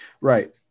Right